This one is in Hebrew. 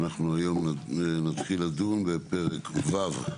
אנחנו היום נתחיל לדון בפרק ו'.